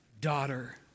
daughter